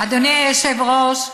אדוני היושב-ראש,